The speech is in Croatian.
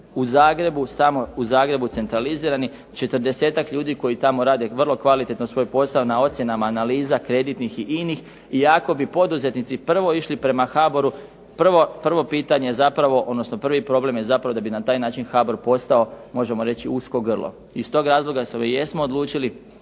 u Zagrebu, samo u Zagrebu centralizirani. 40-ak ljudi koji tamo rade vrlo kvalitetno svoj posao na ocjenama analiza kreditnih i inih iako bi poduzetnici prvo išli prema HBOR-u prvo pitanje, odnosno prvi problem je zapravo da bi na taj način HBOR postao možemo reći usko grlo. Iz tog razloga se jesmo odlučili